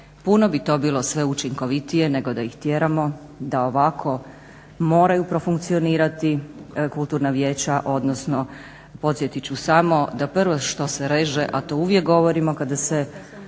Puno bi to sve bilo učinkovitije nego da ih tjeramo da ovako moraju profunkcionirati kulturna vijeća, odnosno podsjetit ću samo da prvo što se reže, a to uvijek govorimo kada se